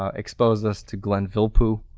ah exposed us to glenn vilppu,